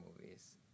movies